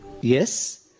Yes